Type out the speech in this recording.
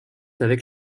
avec